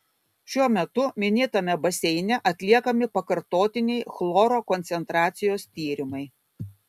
šiuo metu minėtame baseine atliekami pakartotiniai chloro koncentracijos tyrimai